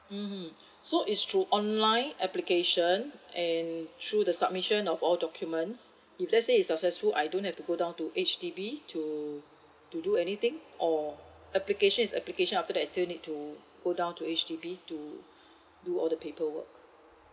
mmhmm so is through online application and through the submission of all documents if let's say is successful I don't have to go down to H_D_B to to do anything or application is application after that I still need to go down to H_D_B to do all the paperwork